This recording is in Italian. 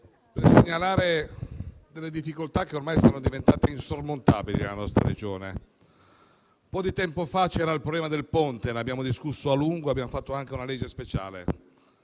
per segnalare delle difficoltà che sono ormai diventate insormontabili nella nostra Regione. Un po' di tempo fa c'era il problema del ponte, di cui abbiamo discusso a lungo, adottando anche una legge speciale.